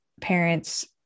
parents